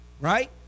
Right